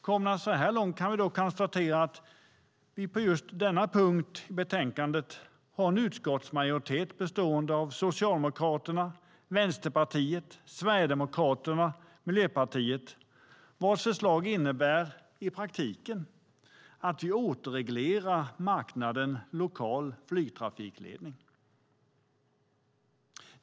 Komna så här långt kan vi då konstatera att vi på just denna punkt i betänkandet har en utskottsmajoritetet bestående av Socialdemokraterna, Vänsterpartiet, Sverigedemokraterna och Miljöpartiet vars förslag i praktiken innebär att vi återreglerar marknaden för lokal flygtrafikledning.